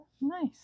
Nice